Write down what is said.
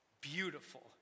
beautiful